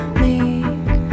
make